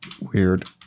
weird